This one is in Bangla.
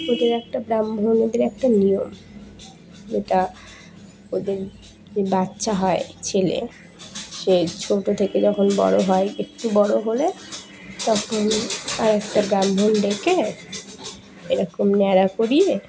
ওদের একটা ব্রাহ্মণদের একটা নিয়ম যেটা ওদের যে বাচ্চা হয় ছেলে সে ছোটো থেকে যখন বড়ো হয় একটু বড়ো হলে তখন আর একটা ব্রাহ্মণ ডেকে এরকম ন্যাড়া করিয়ে